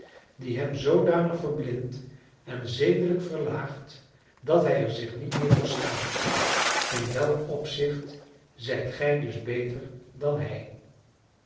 die hem zoodanig verblindt en zedelijk verlaagt dat hij er zich niet meer voor schaamt in welk opzicht zijt gij dus beter dan hij